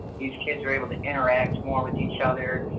these kids are able to interact more with each other.